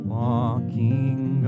walking